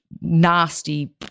nasty